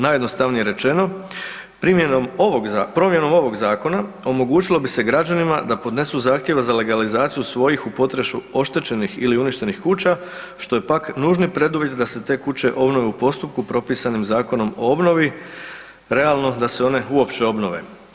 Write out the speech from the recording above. Najjednostavnije rečeno, promjenom ovog zakona omogućilo bi se građanima da podnesu zahtjeve za legalizaciju svojih u potresu oštećenih ili uništenih kuća, što je pak nužni preduvjet da se te kuće obnove u postupku propisane Zakonom o obnovi, realno da se one uopće obnove.